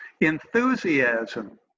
enthusiasm